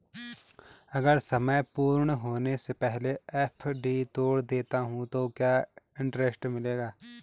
अगर समय पूर्ण होने से पहले एफ.डी तोड़ देता हूँ तो क्या इंट्रेस्ट मिलेगा?